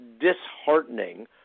disheartening